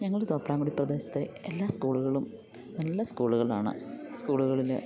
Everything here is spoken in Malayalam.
ഞങ്ങളുടെ തോപ്പ്രാമുടി പ്രദേശത്തെ എല്ലാ സ്കൂളുകളും നല്ല സ്കൂളുകളാണ് സ്കൂളുകളിൽ